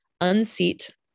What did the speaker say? unseat